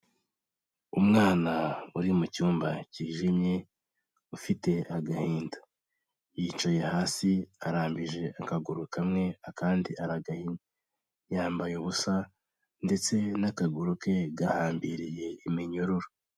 Umwana uri mu cyumba cyijimye ufite agahinda, yicaye hasi arambije akaguru kamwe akandi yambaye ubusa ndetse n'akaguru ke gahambiriye iminyururu.